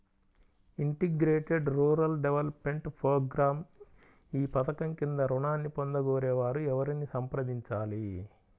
Integrated rural development programme ఈ పధకం క్రింద ఋణాన్ని పొందగోరే వారు ఎవరిని సంప్రదించాలి?